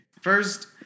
First